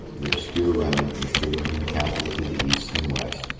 their obscure remnant was driven from the capitals of the east and west,